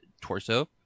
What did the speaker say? torso